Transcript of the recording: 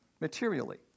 materially